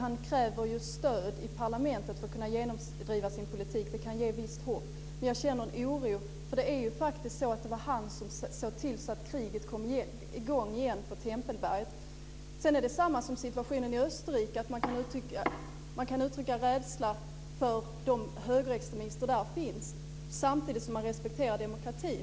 Han kräver ju stöd i parlamentet för att kunna genomdriva sin politik, och det kan ge visst hopp. Men jag känner en oro. Det var ju faktiskt han som såg till att kriget kom i gång igen på Tempelberget. Det är precis som med situationen i Österrike: Man kan uttrycka rädsla för de högerextremister som där finns, samtidigt som man respekterar demokratin.